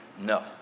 No